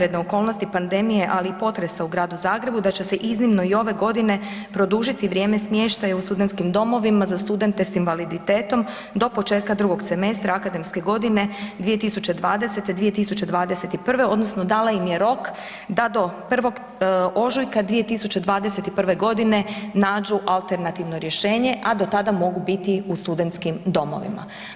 okolnosti pandemije, ali i potresa u Gradu Zagrebu, da će se iznimno i ove godine produžiti vrijeme smještaja u studentskim domovima za studente s invaliditetom do početka drugog semestra akademske godine 2020./2021. odnosno dala im je rok da do 01. ožujka 2021. godine nađu alternativno rješenje, a do tada mogu biti u studentskim domovima.